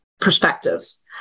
perspectives